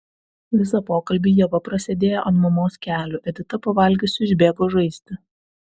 visą pokalbį ieva prasėdėjo ant mamos kelių edita pavalgiusi išbėgo žaisti